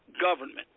government